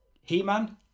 He-Man